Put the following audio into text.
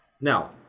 Now